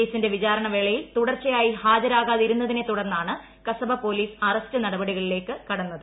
കേസിന്റെ വിചാരണ പ്രവേളയിൽ തുടർച്ചയായി ഹാജരാകാതിരുന്നതിനെ ് തുടർന്നാണ് ക്യ്ശബ പൊലീസ് അറസ്റ്റ് നടപടിയിലേക്ക് കടന്നത്